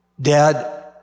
Dad